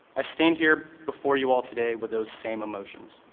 i stand here before you all today with those same emotions,